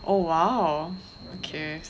oh !wow! okay